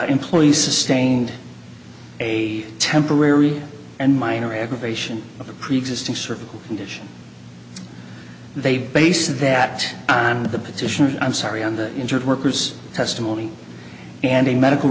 employee sustained a temporary and minor aggravation of a preexisting cervical condition they base that on the petition i'm sorry on the injured workers testimony and a medical